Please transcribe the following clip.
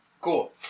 Cool